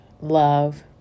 love